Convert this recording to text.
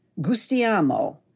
Gustiamo